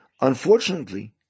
Unfortunately